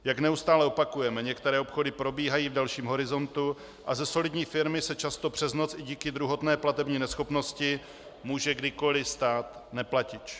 Jak neustále opakujeme, některé obchody probíhají v delším horizontu a ze solidní firmy se často přes noc i díky druhotné platební neschopnosti může kdykoli stát neplatič.